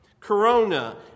Corona